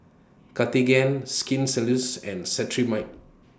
Cartigain Skin Ceuticals and Cetrimide